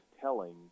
telling